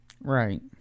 Right